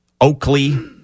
Oakley